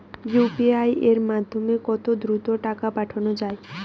UPI এর মাধ্যমে কত দ্রুত টাকা পাঠানো যায়?